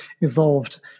evolved